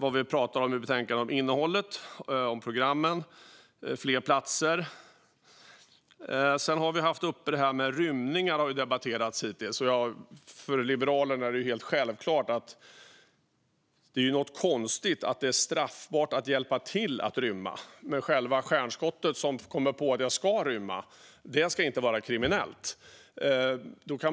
I betänkandet talas det om innehållet, programmen och fler platser. Sedan har vi haft uppe detta med rymningar. För Liberalerna är det helt självklart att det är något konstigt med att det är straffbart att hjälpa till att rymma medan det inte är kriminellt för själva det stjärnskott som kommer på tanken att rymma att göra det.